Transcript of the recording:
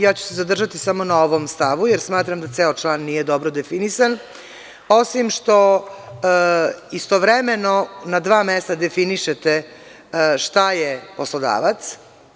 Ja ću se zadržati samo na ovom stavu, jer smatram da ceo član nije dobro definisan, osimšto istovremeno na dva mesta definišete šta je poslodavac.